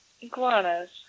Iguanas